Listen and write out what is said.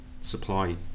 supply